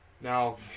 Now